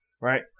Right